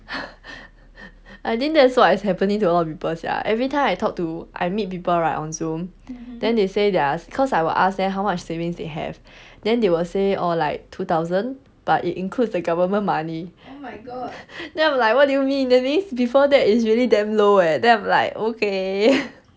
I think that's what is happening to a lot of people sia every time I talk to I meet people right on Zoom then they say theirs because I will ask them how much savings they have then they will say orh like two thousand but it includes the government money then I'm like what do you mean that means before that is really damn low eh then I'm like okay